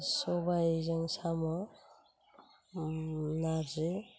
सबायजों साम' नारजि